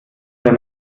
der